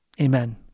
Amen